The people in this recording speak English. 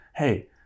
hey